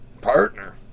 Partner